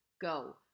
go